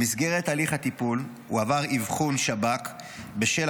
במסגרת הליך הטיפול הוא עבר אבחון שב"כ בשל